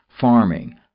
farming